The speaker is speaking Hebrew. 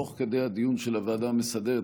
תוך כדי הדיון של הוועדה המסדרת,